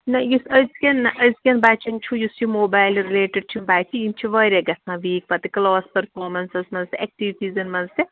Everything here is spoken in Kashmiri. نہ یُس أزکٮ۪ن نہ أزکٮ۪ن بَچَن چھُ یُس یہِ موبایل رِلیٹِڈ چھُ بَچہِ یِم چھِ واریاہ گژھان ویٖک پَتہٕ کٕلاس پٔرفارمنس منٛز تہِ ایٚکٹِوِٹیٖزَن منٛز تہِ